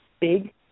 big